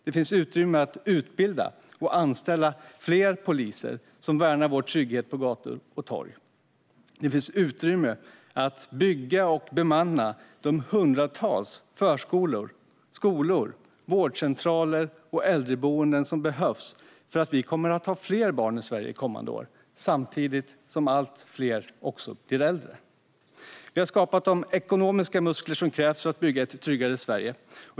Det finns utrymme att utbilda och anställa fler poliser som värnar vår trygghet på gator och torg. Det finns utrymme att bygga och bemanna de hundratals förskolor, skolor, vårdcentraler och äldreboenden som behövs, eftersom vi kommer att ha fler barn i Sverige kommande år samtidigt som allt fler blir äldre. Vi har skapat de ekonomiska muskler som krävs för att bygga ett tryggare Sverige.